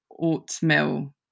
oatmeal